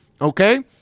okay